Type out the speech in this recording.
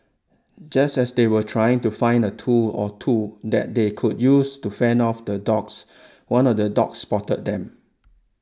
just as they were trying to find a tool or two that they could use to fend off the dogs one of the dogs spotted them